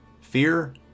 fear